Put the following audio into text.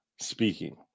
speaking